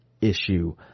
issue